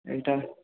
ଏଇଟା